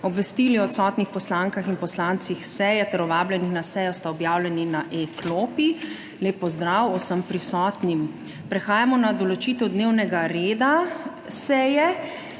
Obvestili o odsotnih poslankah in poslancih s seje ter o vabljenih na sejo sta objavljeni na e-klopi. Lep pozdrav vsem prisotnim! Prehajamo na **določitev dnevnega reda** seje,